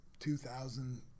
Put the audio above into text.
2,000